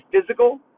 physical